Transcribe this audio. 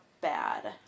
bad